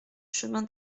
chemin